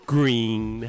Green